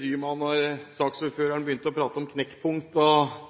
dy meg da saksordføreren begynte å prate om knekkpunkt